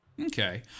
Okay